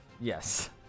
Yes